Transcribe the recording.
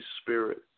Spirit